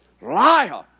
Liar